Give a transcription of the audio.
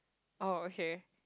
oh okay